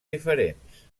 diferents